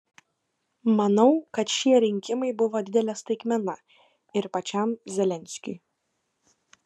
manau kad šie rinkimai buvo didelė staigmena ir pačiam zelenskiui